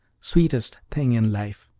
sweetest thing in life.